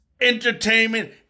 entertainment